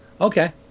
Okay